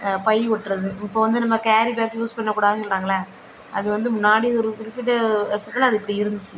by ஒட்டுறது இப்போ வந்து நம்ம கேரி பேக் யூஸ் பண்ண கூடாதுன்னு சொல்கிறாங்கள்ல அது வந்து முன்னாடி ஒரு குறிப்பிட்ட வருடத்துல அது இப்படி இருந்துச்சு